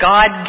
God